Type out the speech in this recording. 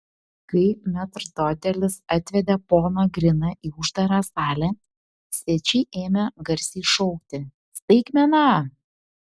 kai metrdotelis atvedė poną griną į uždarą salę svečiai ėmė garsiai šaukti staigmena